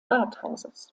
rathauses